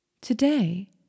today